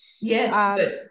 Yes